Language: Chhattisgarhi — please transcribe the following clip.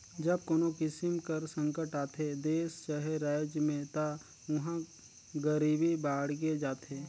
जब कोनो किसिम कर संकट आथे देस चहे राएज में ता उहां गरीबी बाड़गे जाथे